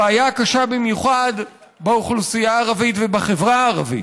הבעיה קשה במיוחד באוכלוסייה הערבית ובחברה הערבית.